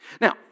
Now